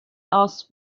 asked